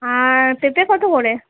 আর পেপে কত করে